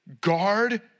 Guard